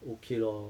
okay lor